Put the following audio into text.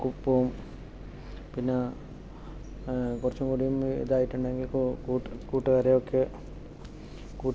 കു പോ കുറച്ചുംകൂടിയും ഇത് ആയിട്ടുണ്ടെങ്കിൽ കൂ കൂട്ട് കൂട്ടുകാരെ ഒക്കെ കൂട്ടി